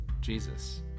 Jesus